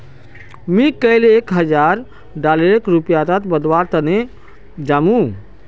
मी कैल एक हजार डॉलरक रुपयात बदलवार तने जामु